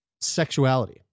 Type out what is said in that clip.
Sexuality